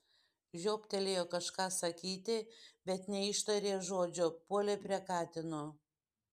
žiobtelėjo kažką sakyti bet neištarė žodžio puolė prie katino